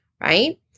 right